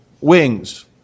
Wings